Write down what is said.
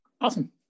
Awesome